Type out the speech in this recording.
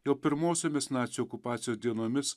jau pirmosiomis nacių okupacijos dienomis